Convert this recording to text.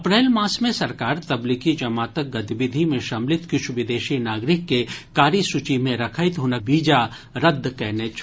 अप्रैल मास मे सरकार तब्लीगी जमातक गतिविधि मे सम्मिलित किछु विदेशी नागरिक के कारी सूची मे रखैत हुनक वीजा रद्द कयने छल